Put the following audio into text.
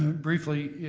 briefly,